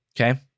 Okay